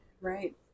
right